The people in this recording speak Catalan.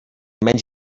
menys